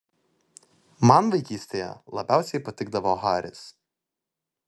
man vaikystėje labiausiai patikdavo haris